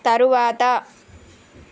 తరువాత